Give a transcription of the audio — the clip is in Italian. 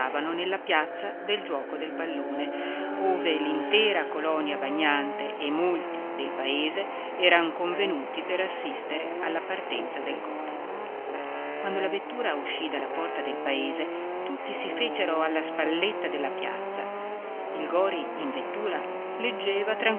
nella piazza del giuoco del pallone ove l'intera colonia bagnante e molti del paese eran convenuti per assistere alla partenza del gori quando la vettura uscì dalla porta del paese tutti si fecero alla spalletta della piazza il gori in vettura leggeva